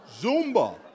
Zumba